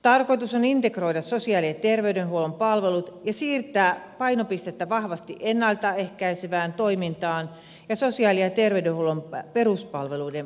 tarkoitus on integroida sosiaali ja terveydenhuollon palvelut ja siirtää painopistettä vahvasti ennalta ehkäisevään toimintaan ja sosiaali ja terveydenhuollon peruspalveluiden vahvistamiseen